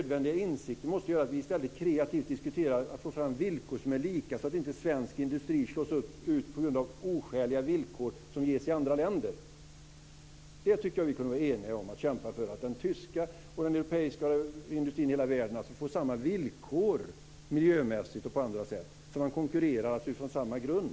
Den insikten måste göra att vi i stället kreativt diskuterar hur vi får fram villkor som är lika, så att inte svensk industri slås ut på grund av oskäliga villkor som ges i andra länder. Det tycker jag vi kunde vara eniga om att kämpa för - för att den tyska och den europeiska industrin och industrin i hela världen får samma villkor, miljömässigt och på andra sätt, så att de konkurrerar på samma grund.